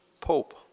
pope